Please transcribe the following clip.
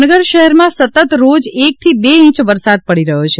ભાવનગર શહેરમાં સતત રોજ એક થી બે ઇંચ વરસાદ પડી રહ્યો છે